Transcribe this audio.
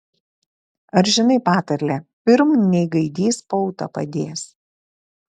ar žinai patarlę pirm nei gaidys pautą padės